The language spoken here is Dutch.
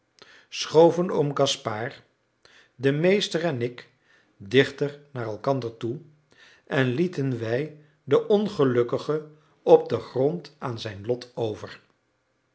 schoven oom gaspard de meester en ik dichter naar elkander toe en lieten wij den ongelukkige op den grond aan zijn lot over